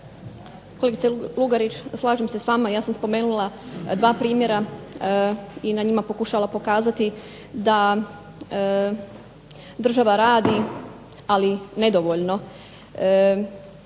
Kolegice Lugarić, slažem se s vama ja sam spomenula dva primjera i na njima pokušala pokazati da država radi ali nedovoljno.